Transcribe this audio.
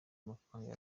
amafaranga